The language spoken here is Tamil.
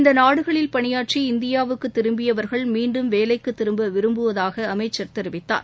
இந்த நாடுகளில் பணியாற்றி இந்தியாவுக்குத் திரும்பியவர்கள் மீண்டும் வேலைக்குத் திரும்ப விரும்புவதாக அமைச்சர் தெரிவித்தார்